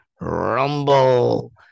Rumble